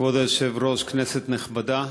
כבוד היושב-ראש, כנסת נכבדה,